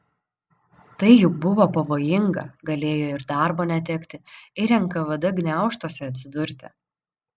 tai juk buvo pavojinga galėjo ir darbo netekti ir nkvd gniaužtuose atsidurti